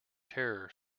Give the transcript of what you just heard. terror